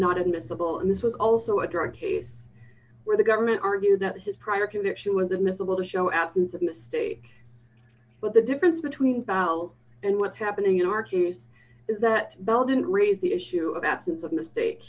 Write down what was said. not admissible and this was also a drug case where the government argued that his prior conviction was admissible to show athens in the state but the difference between bowel and what's happening in our case that bell didn't raise the issue of absence of mistake